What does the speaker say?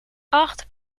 acht